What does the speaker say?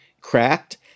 cracked